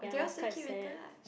I was quite sad